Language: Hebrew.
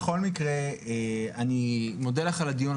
בכל מקרה אני מודה לך על הדיון.